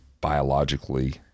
biologically